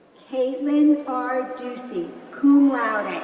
kaitlyn r. ducey, cum laude,